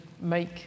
make